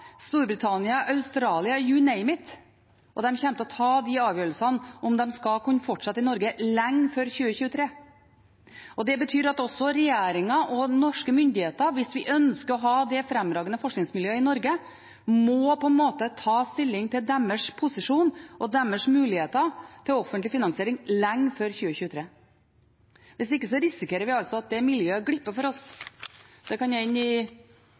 Storbritannia, Australia – you name it! – og de kommer til å ta avgjørelsen om hvorvidt de skal kunne fortsette i Norge, lenge før 2023. Det betyr at også regjeringen og norske myndigheter, hvis vi ønsker å ha det fremragende forskningsmiljøet i Norge, må ta stilling til deres posisjon og deres muligheter til offentlig finansiering lenge før 2023. Hvis ikke risikerer vi at det miljøet glipper for oss. Det kan ende i